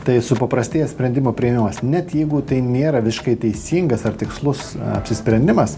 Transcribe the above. tai supaprastėja sprendimų priėmimas net jeigu tai nėra visiškai teisingas ar tikslus apsisprendimas